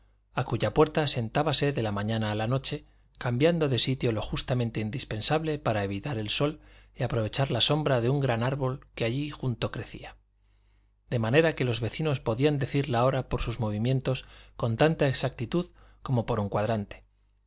a cuya puerta sentábase de la mañana a la noche cambiando de sitio lo justamente indispensable para evitar el sol y aprovechar la sombra de un gran árbol que allí junto crecía de manera que los vecinos podían decir la hora por sus movimientos con tanta exactitud como por un cuadrante